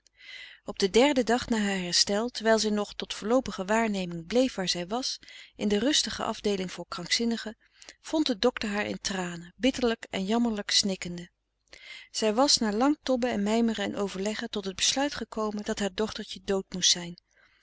op den derden dag na haar herstel terwijl zij nog tot voorloopige waarneming bleef waar zij was in de rustige afdeeling voor krankzinnigen vond de docter haar in tranen bitterlijk en jammerlijk snikkende zij was na lang tobben en mijmeren en overleggen tot het besluit gekomen dat haar dochtertje dood moest zijn